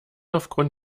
aufgrund